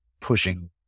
pushing